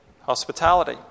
hospitality